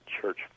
church